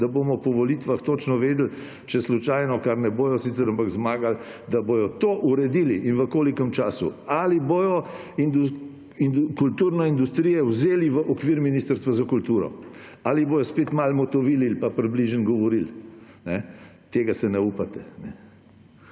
da bomo po volitvah točno vedeli – če slučajno, kar ne bojo sicer, ampak zmagali ‒, da bodo to uredili in v kolikem času. Ali bodo kulturno industrijo vzeli v okvir Ministrstva za kulturo ali bodo spet malo motovilili in približno govorili? Tega si ne upate!